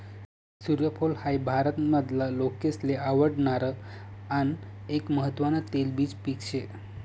सूर्यफूल हाई भारत मधला लोकेसले आवडणार आन एक महत्वान तेलबिज पिक से